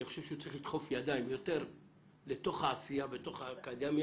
אני חושב שהוא צריך לדחוף ידיים יותר לתוך העשייה בתוך האקדמיה,